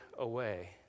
away